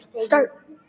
Start